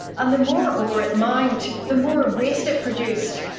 and the more ore it mined the more waste it produced.